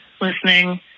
listening